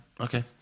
Okay